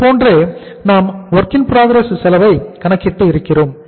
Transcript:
இதுபோன்று நாம் WIP செலவை கணக்கிட்டு இருக்கிறோம்